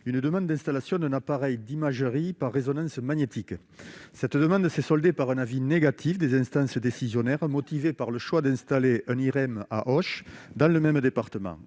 une demande d'installation d'un appareil d'imagerie par résonance magnétique, cette demande ne s'est soldée par un avis négatif des instances décisionnaires a motivé par le choix d'installer une IRM à Auch, dans le même département,